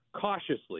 cautiously